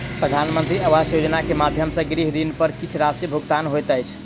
प्रधानमंत्री आवास योजना के माध्यम सॅ गृह ऋण पर किछ राशि भुगतान होइत अछि